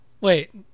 wait